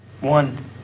one